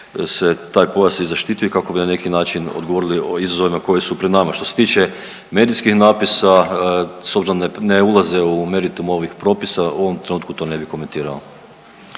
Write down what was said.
se taj pojas i zaštitio kako bi na neki način odgovorili izazovima koji su pred nama. Što se tiče medijskih napisa, s obzirom da ne ulaze u meritum ovih propisa u ovom trenutku to ne bi komentirao.